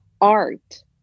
Art